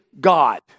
God